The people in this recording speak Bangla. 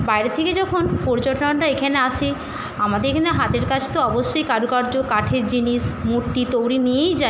বাইরে থেকে যখন পর্যটকরা এখানে আসে আমাদের এখানে হাতের কাজ তো অবশ্যই কারুকার্য কাঠের জিনিস মূর্তি তৈরি নিয়েই যায়